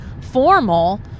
formal